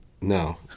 No